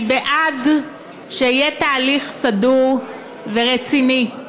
אני בעד שיהיה תהליך סדור ורציני,